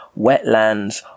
wetlands